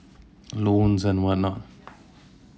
loans and what not